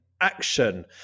action